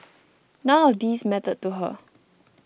none of these mattered to her